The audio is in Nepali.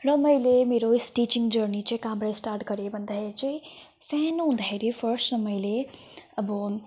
र मैले मेरो स्टिचिङ जर्नी चाहिँ कहाँबाट स्टार्ट गरे भन्दाखेरि चाहिँ सानो हुँदाखेरि फर्स्टमा मैले अब